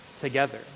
together